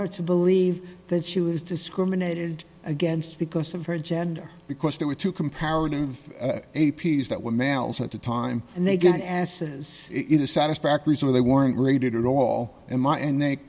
her to believe that she was discriminated against because of her gender because they were too comparative a p s that were males at the time and they got asses in a satisfactory so they weren't rated at all in my and they